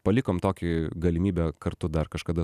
palikom tokį galimybę kartu dar kažkada